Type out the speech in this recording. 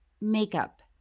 makeup